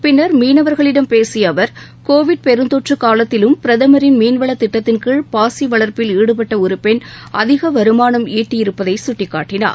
பின்னர் மீனவர்களிடம் பேசிய அவர் கோவிட் பெருந்தொற்று காலத்திலும் பிரதமரின் மீன்வளத் திட்டத்தின் கீழ் பாசி வளர்ப்பில் ஈடுபட்ட ஒரு பெண் அதிக வருமானம் ஈட்டியிருப்பதை சுட்டிக்காட்டினார்